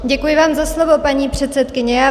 Děkuji vám za slovo, paní předsedkyně.